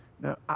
Now